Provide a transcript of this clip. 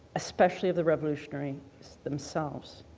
especially of the revolutionaries themselves.